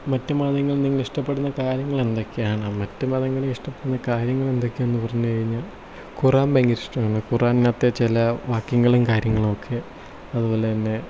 മറ്റു മതങ്ങളിൽ നിങ്ങൾ ഇഷ്ടപ്പെടുന്ന കാര്യങ്ങൾ എന്തൊക്കെയാണ് മറ്റു മതങ്ങളിൽ ഇഷ്ടപ്പെടുന്ന കാര്യങ്ങൾ എന്തൊക്കെയാണെന്ന് പറഞ്ഞു കഴിഞ്ഞാൽ ഖുറാൻ ഭയങ്കര ഇഷ്ടമാണ് ഖുറാനിനകത്തെ ചില വാക്യങ്ങളും കാര്യങ്ങളൊക്കെ അതുപോലെ തന്നെ